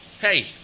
hey